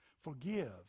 Forgive